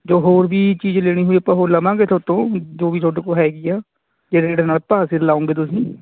ਜੋ ਹੋਰ ਵੀ ਚੀਜ਼ ਲੈਣੀ ਹੋਈ ਆਪਾਂ ਹੋਰ ਲਵਾਂਗੇ ਤੁਹਾਡੇ ਤੋਂ ਜੋ ਵੀ ਤੁਹਾਡੇ ਕੋਲ ਹੈਗੀ ਆ ਜੇ ਰੇਟ ਨਾਲ ਭਾਅ ਸਿਰ ਲਾਓਂਗੇ ਤੁਸੀਂ